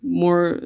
more